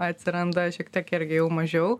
atsiranda šiek tiek irgi jau mažiau